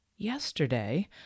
Yesterday